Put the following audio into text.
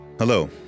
Hello